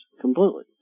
completely